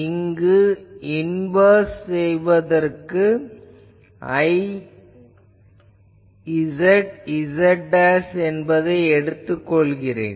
இங்கு இதை இன்வேர்ஸ் செய்வதற்கு Izz என்பதை எடுத்துக் கொள்கிறேன்